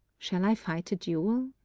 shall i fight a duel?